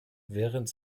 während